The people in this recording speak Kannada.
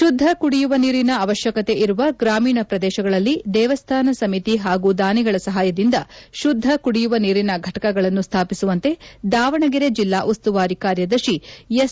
ಶುದ್ದ ಕುಡಿಯುವ ನೀರಿನ ಅವಶ್ಯಕತೆ ಇರುವ ಗ್ರಾಮೀಣ ಪ್ರದೇಶಗಳಲ್ಲಿ ದೇವಸ್ಥಾನ ಸಮಿತಿ ಹಾಗೂ ದಾನಿಗಳ ಸಹಾಯದಿಂದ ಶುದ್ದ ಕುಡಿಯುವ ನೀರಿನ ಫಟಕಗಳನ್ನು ಸ್ಥಾಪಿಸುವಂತೆ ದಾವಣಗೆರೆ ಜಿಲ್ಲಾ ಉಸ್ತುವಾರಿ ಕಾರ್ಯದರ್ಶಿ ಎಸ್